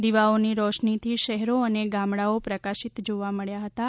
દિવાઓની રોશનીથી શહેરો અને ગામડાંઓ પ્રકાશિત જોવા મબ્યા હતાં